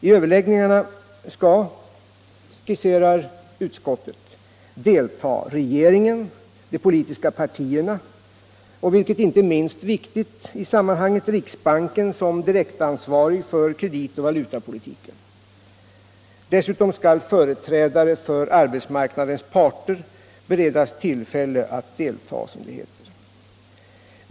I överläggningarna skall — specificerar utskottet — delta regeringen, de politiska partierna och, vilket inte är minst viktigt i sammanhanget, riksbanken som direktansvarig för kreditoch valutapolitiken. Dessutom skall företrädare för arbetsmarknadens parter beredas tillfälle att delta, som det heter.